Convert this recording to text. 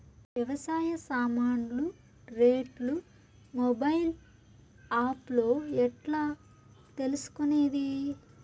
వ్యవసాయ సామాన్లు రేట్లు మొబైల్ ఆప్ లో ఎట్లా తెలుసుకునేది?